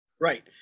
Right